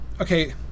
okay